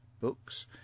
books